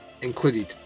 included